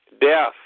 Death